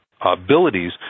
abilities